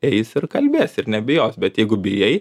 eis ir kalbės ir nebijos bet jeigu bijai